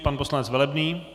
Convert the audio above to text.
Pan poslanec Velebný.